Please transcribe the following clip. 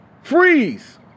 Freeze